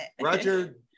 Roger